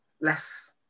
less